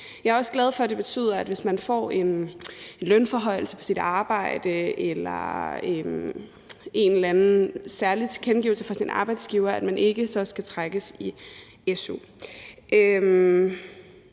Jeg er også glad for, at det betyder, at hvis man får en lønforhøjelse på sit arbejde eller en eller anden særlig tilkendegivelse fra sin arbejdsgiver, skal man ikke trækkes i su.